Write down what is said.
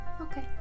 Okay